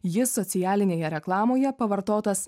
jis socialinėje reklamoje pavartotas